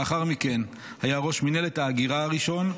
לאחר מכן היה ראש מינהלת ההגירה הראשון,